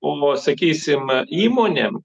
o sakysim įmonėm